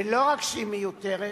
ולא רק שהיא מיותרת,